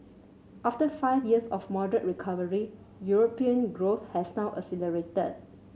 after five years of moderate recovery European growth has now accelerated